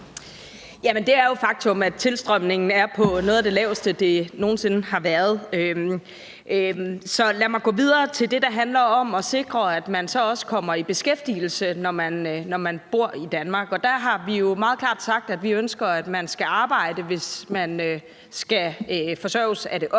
et faktum, at tilstrømningen er på noget af det laveste, den nogen sinde har været. Så lad mig gå videre til det, der handler om at sikre, at man så også kommer i beskæftigelse, når man bor i Danmark. Der har vi jo meget klart sagt, at vi ønsker, at man skal arbejde, hvis man skal forsørges af det offentlige.